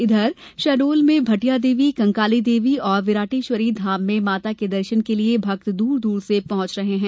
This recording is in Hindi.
इधर शहडोल में भटिया देवी कंकाली देवी और विराटेश्वरी धाम में माता के दर्शन के लिये भक्त दूर दूर से पहुंचे हैं